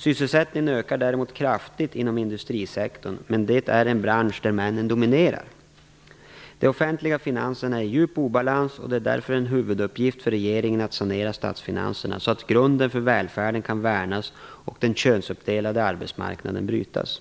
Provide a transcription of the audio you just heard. Sysselsättningen ökar däremot kraftigt inom industrisektorn, men det är en bransch där männen dominerar. De offentliga finanserna är i djup obalans, och det är därför en huvuduppgift för regeringen att sanera statsfinanserna så att grunderna för välfärden kan värnas och den könsuppdelade arbetsmarknaden brytas.